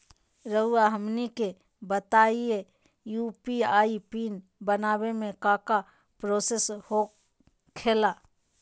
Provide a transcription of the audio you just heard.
रहुआ हमनी के बताएं यू.पी.आई पिन बनाने में काका प्रोसेस हो खेला?